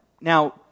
Now